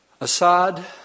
Assad